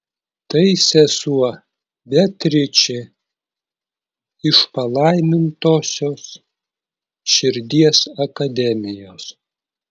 tai sesuo beatričė iš palaimintosios širdies akademijos